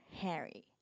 Harry